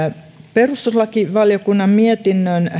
perustuslakivaliokunnan mietinnön